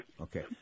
Okay